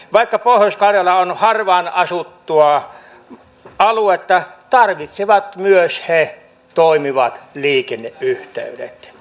vaikka pohjois karjala on harvaan asuttuaon aluetta tarvitsevat myös heh toimivat liikenne yhteydet